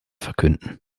verkünden